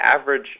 average